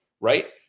right